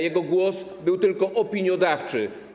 Jego głos był tylko opiniodawczy.